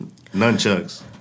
Nunchucks